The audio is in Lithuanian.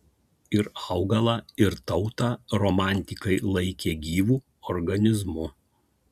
ir augalą ir tautą romantikai laikė gyvu organizmu